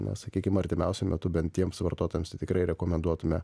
na sakykim artimiausiu metu bent tiems vartotojams tai tikrai rekomenduotume